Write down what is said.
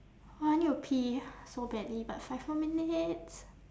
oh I need to pee so badly but five more minutes